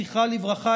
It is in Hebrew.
זכרה לברכה,